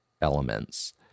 elements